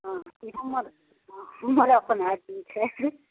हँ ई हमर हमर अपन आदमी छै